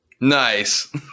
Nice